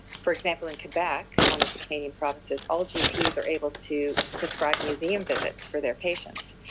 for example, in quebec, one of the canadian provinces, all gps are able to prescribe museum visits for their patients.